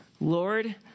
Lord